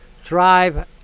thrive